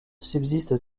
subsiste